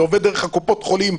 זה עובד דרך הקופות חולים,